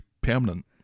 permanent